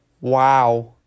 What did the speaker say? Wow